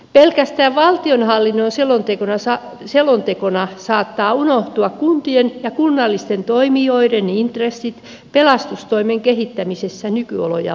pelkästään valtionhallinnon selontekona saattavat unohtua kuntien ja kunnallisten toimijoiden intressit pelastustoimen kehittämisessä nykyoloja vastaaviksi